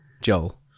Joel